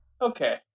Okay